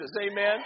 Amen